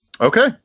Okay